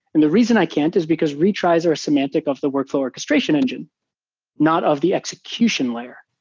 and the reason i can't is because retries are a semantic of the workflow orchestration engine not of the execution layer.